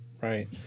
Right